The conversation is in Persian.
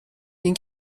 این